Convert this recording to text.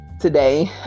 today